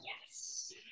Yes